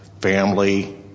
family